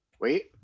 Wait